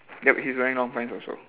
yup he's wearing long pants also